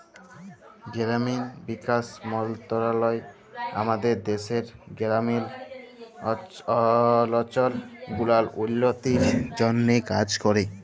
গেরামিল বিকাশ মলত্রলালয় আমাদের দ্যাশের গেরামিল অলচল গুলার উল্ল্য তির জ্যনহে কাজ ক্যরে